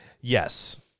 yes